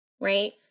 right